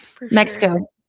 Mexico